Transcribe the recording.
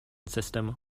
system